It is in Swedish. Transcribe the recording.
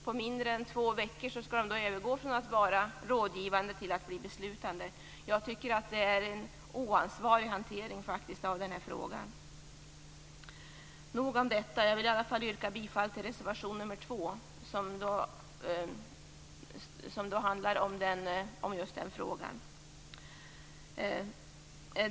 På mindre än två veckor skall de övergå från att vara rådgivande till att bli beslutande. Jag tycker att det är en oansvarig hantering av denna fråga. Nog om detta. Jag vill i alla fall yrka bifall till reservation nr 2, som handlar om just den frågan.